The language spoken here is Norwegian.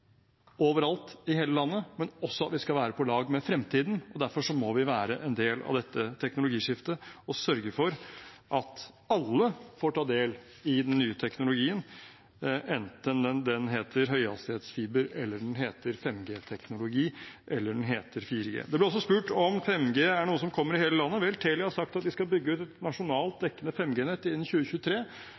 overalt i hele landet, men også at vi skal være på lag med fremtiden. Derfor må vi være en del av dette teknologiskiftet og sørge for at alle får ta del i den nye teknologien, enten den heter høyhastighetsfiber, den heter 5G-teknologi, eller den heter 4G. Det ble også spurt om 5G er noe som kommer i hele landet. Vel, Telia har sagt at de skal bygge ut et nasjonalt dekkende 5G-nett innen 2023,